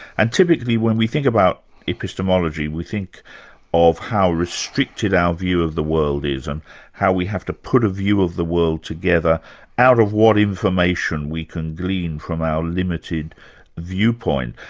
and typically when we think about epistemology, we think of how restricted our view of the world is, and how we have to put a view of the world together out of what information we can glean from our limited viewpoint,